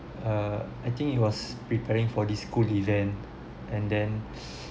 err I think it was preparing for the school event and then